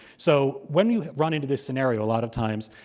so when you run into this scenario a lot of times,